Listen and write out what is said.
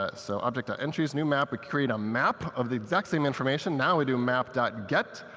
ah so object dot entries, new map, or create a map of the exact same information. now we do map dot get,